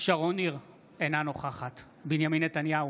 בהצבעה שרון ניר, אינה נוכחת בנימין נתניהו,